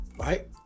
Right